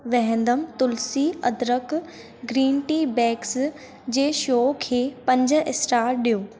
वहंदम तुलसी अदरक green tea bags जे शो खे पंज स्टार ॾियो